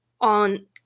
on